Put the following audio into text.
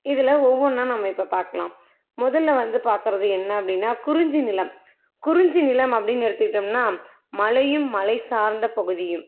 இதில் ஒவ்வொன்னா நம்ம இப்போ பார்க்கலாம் முதல்ல வந்து பார்க்கறது என்ன அப்படின்னா குறிஞ்சி நிலம் குறிஞ்சி நிலம் அப்படின்னு எடுத்துக்கிட்டோம்னா மலையும் மலை சார்ந்த பகுதியும்